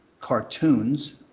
cartoons